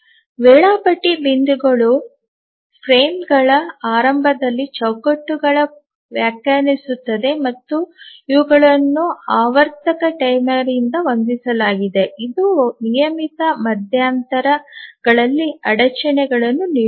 ವೇಳಾಪಟ್ಟಿ ಬಿಂದುಗಳು ಚೌಕಟ್ಟುಗಳ ಆರಂಭವನ್ನು ಚೌಕಟ್ಟುಗಳ ವ್ಯಾಖ್ಯಾನಿಸುತ್ತದೆ ಮತ್ತು ಇವುಗಳನ್ನು ಆವರ್ತಕ ಟೈಮರ್ನಿಂದ ಹೊಂದಿಸಲಾಗಿದೆ ಇದು ನಿಯಮಿತ ಮಧ್ಯಂತರಗಳಲ್ಲಿ ಅಡಚಣೆಗಳನ್ನು ನೀಡುತ್ತದೆ